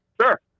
Sure